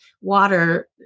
water